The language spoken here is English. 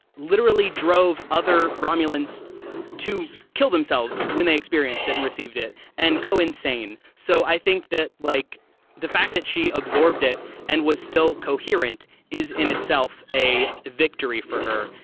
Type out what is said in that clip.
literally drove other romulans to kill themselves when they experienced and received it and go insane. so i think that, like the fact that she absorbed it and was still coherent is in itself a victory for her,